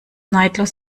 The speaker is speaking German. neidlos